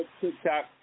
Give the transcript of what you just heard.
TikTok